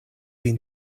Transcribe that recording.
vin